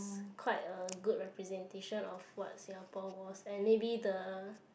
quite a good representation of what Singapore was and maybe the